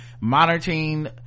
monitoring